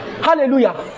Hallelujah